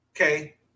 Okay